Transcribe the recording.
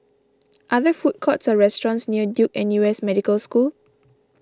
are there food courts or restaurants near Duke N U S Medical School